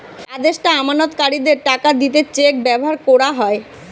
আদেষ্টা আমানতকারীদের টাকা দিতে চেক ব্যাভার কোরা হয়